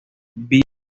vive